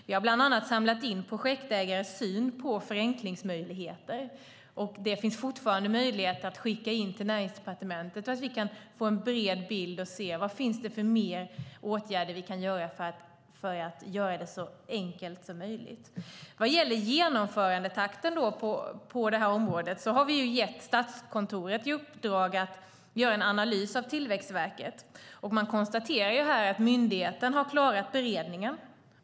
Vi har bland annat samlat in projektägares syn på förenklingsmöjligheter, och det finns fortfarande möjlighet att skicka in till Näringsdepartementet så att vi kan få en bred bild och se vilka fler åtgärder vi kan göra för att göra det så enkelt som möjligt. Vad gäller genomförandetakten på detta område har vi gett Statskontoret i uppdrag att göra en analys av Tillväxtverket. Man konstaterar att myndigheten har klarat beredningen.